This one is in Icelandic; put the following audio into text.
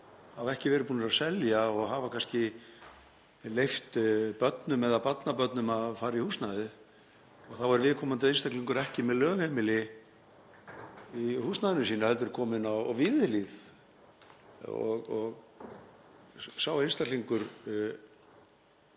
hafa ekki verið búnir að selja og hafa kannski leyft börnum eða barnabörnum að fara í húsnæðið. Þá er viðkomandi einstaklingur ekki með lögheimili í húsnæðinu sínu heldur kominn inn á Víðihlíð og sá einstaklingur